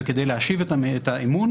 וכדי להשיב את האמון,